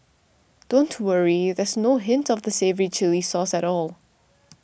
don't worry there's no hint of the savoury chilli sauce at all